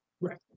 right